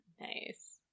nice